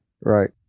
right